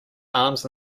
arms